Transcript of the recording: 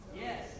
Yes